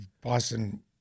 Boston